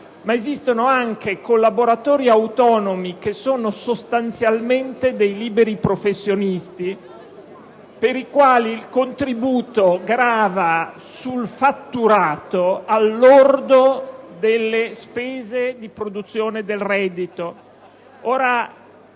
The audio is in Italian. ma esistono anche collaboratori autonomi che sono sostanzialmente dei liberi professionisti, per i quali il contributo grava sul fatturato al lordo delle spese di produzione del reddito.